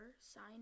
sign